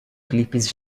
clipes